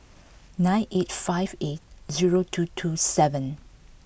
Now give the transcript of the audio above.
nine eight five eight zero two two seven